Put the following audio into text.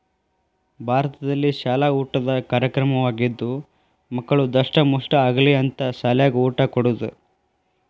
ಭಾರತದಲ್ಲಿಶಾಲ ಊಟದ ಕಾರ್ಯಕ್ರಮವಾಗಿದ್ದು ಮಕ್ಕಳು ದಸ್ಟಮುಷ್ಠ ಆಗಲಿ ಅಂತ ಸಾಲ್ಯಾಗ ಊಟ ಕೊಡುದ